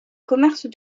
commerce